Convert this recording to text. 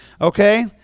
okay